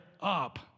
up